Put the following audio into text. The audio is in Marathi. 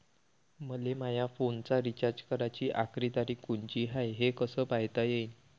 मले माया फोनचा रिचार्ज कराची आखरी तारीख कोनची हाय, हे कस पायता येईन?